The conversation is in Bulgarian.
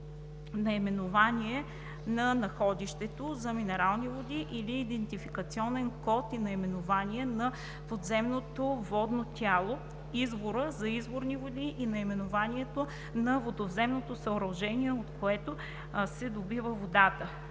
наименование на находището – за минералните води, или идентификационен код и наименование на подземното водно тяло/извора – за изворните води, и наименованието на водовземното съоръжение, от което се добива водата;